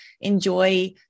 enjoy